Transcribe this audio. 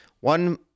One